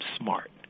smart